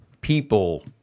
people